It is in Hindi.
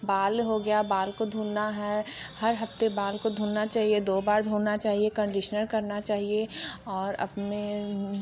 बाल हो गया बाल को धोना है हर हफ़्ते बाल को धोना चाहिए दो बार धोना चाहिए कंडिशनर करना चाहिए और अपने